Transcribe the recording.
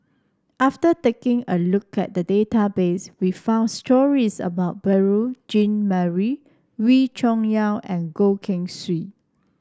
after taking a look at the database we found stories about Beurel Jean Marie Wee Cho Yaw and Goh Keng Swee